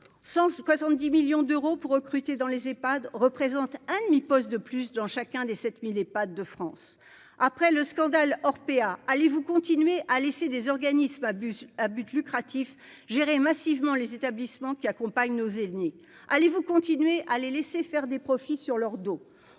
70 millions d'euros pour recruter dans les EPHAD représente un demi-poste de plus dans chacun des 7000 et pas de France après le scandale Orpea allez-vous continuer à laisser des organismes à but à but lucratif, gérée massivement les établissements qui accompagne nos ennemis allez-vous continuer à les laisser faire des profits sur leur dos,